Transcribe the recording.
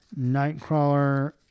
Nightcrawler